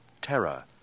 terror